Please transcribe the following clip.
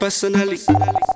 Personally